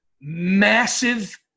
massive